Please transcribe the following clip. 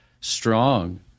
strong